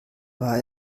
war